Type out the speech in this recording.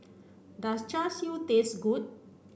does Char Siu taste good